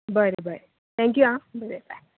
बरें बरें थँक्यू आं बरें बाय